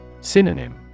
Synonym